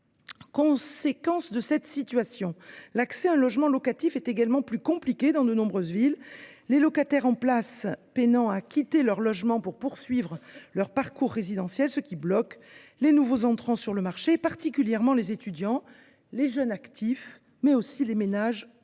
Conséquence, l’accès à un logement locatif est également plus compliqué dans de nombreuses villes, les locataires en place peinant à quitter leur logement pour poursuivre leur parcours résidentiel, ce qui bloque les nouveaux entrants sur le marché, particulièrement les étudiants, les jeunes actifs, mais aussi les ménages